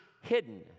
hidden